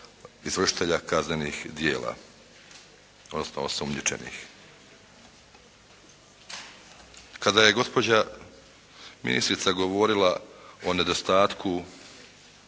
izvršitelja kaznenih djela, odnosno osumnjičenih. Kada je gospođa ministrica govorila o nedostatku